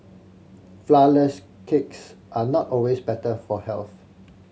flourless cakes are not always better for health